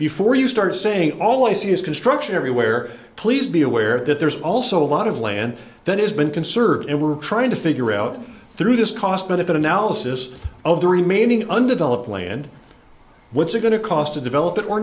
before you start saying all i see is construction everywhere please be aware that there's also a lot of land that has been conserved and we're trying to figure out through this cost benefit analysis of the remaining undeveloped land what's it going to cost to develop it or